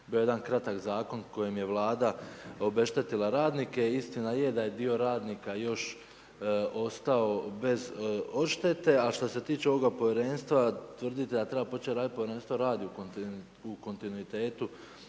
bio je jedan kratak zakon kojim je Vlada obeštetila radnike. Istina je da je dio radnika još ostao bez odštete, a što se tiče ovoga povjerenstva, tvrditi da treba početi raditi, Povjerenstvo radi u kontinuitetu,